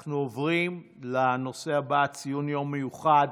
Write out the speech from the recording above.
אנחנו עוברים לנושא הבא, ציון יום מיוחד: